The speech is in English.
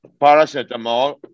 paracetamol